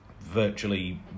Virtually